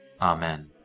Amen